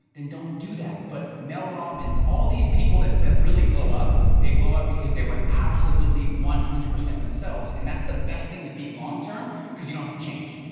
then don't do that. but mel robbins, all these people that that really blow up, they blow up because they were absolutely one hundred percent themselves, and that's the best thing to be longterm, cause you don't have to change.